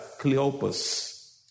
Cleopas